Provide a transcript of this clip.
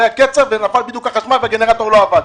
היה קצר ונפל בדיוק החשמל והגנרטור לא עבד.